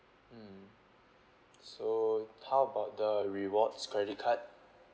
mm so how about the rewards credit card